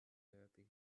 therapy